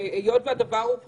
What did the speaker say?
היות והדבר הוא חסוי,